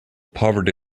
poverty